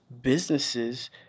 businesses